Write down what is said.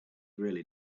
really